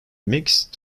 mixed